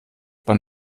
wann